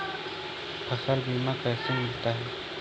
फसल बीमा कैसे मिलता है?